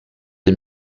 les